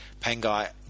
Pangai